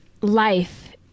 life